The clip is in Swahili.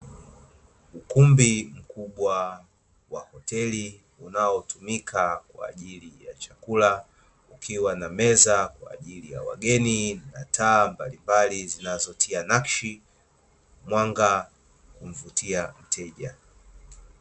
Ukumbi mkubwa wa hoteli, unaotumika kwa ajili ya chakula. Kukiwa na meza kwa ajili ya wageni na taa mbalimbali zinazotia nakshi, mwanga kumvutia mteja.